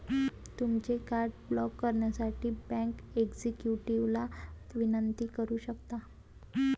तुमचे card block करण्यासाठी bank एक्झिक्युटिव्हला विनंती करू शकता